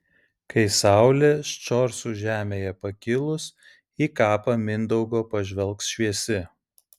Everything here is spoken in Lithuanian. kai saulė ščorsų žemėje pakilus į kapą mindaugo pažvelgs šviesi